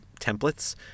templates